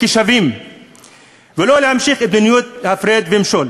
כשוות ולא תימשך מדיניות ההפרד ומשול.